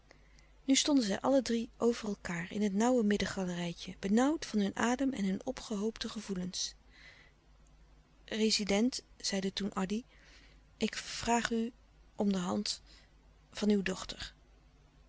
nu stonden zij allen drie over elkaâr in het nauwe middengalerijtje benauwd van hun adem en hun opgehoopte gevoelens rezident zeide toen addy ik vraag u om de hand van uw dochter